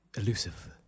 Elusive